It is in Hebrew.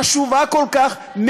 חשובה כל כך,